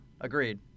Agreed